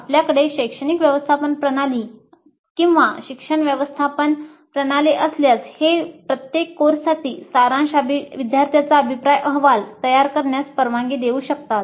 आपल्याकडे शैक्षणिक व्यवस्थापन प्रणाली असल्यास ते प्रत्येक कोर्ससाठी सारांश विद्यार्थ्यांचा अभिप्राय अहवाल तयार करण्यास परवानगी देऊ शकतात